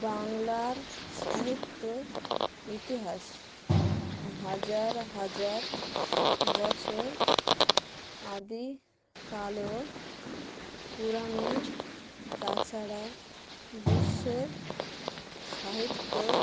বাংলার সাহিত্য ইতিহাস হাজার হাজার বছর আদি কাল ও পুরানো তাছাড়া বিশ্বের সাহিত্যর